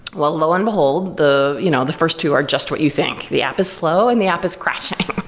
well, lo and behold, the you know the first two are just what you think. the app is slow and the app is crashing.